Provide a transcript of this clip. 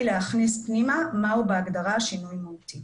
להכניס פנימה מה הוא בהגדרה שינוי מהותי.